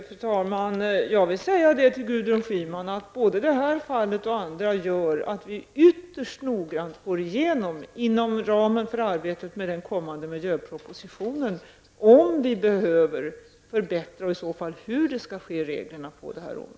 Fru talman! Jag vill säga till Gudrun Schyman att både detta fall och andra gör att vi inom ramen för den kommande miljöpropositionen ytterst noggrant går igenom om vi behöver förbättra reglerna på det här området och i så fall hur det skall ske.